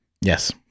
Yes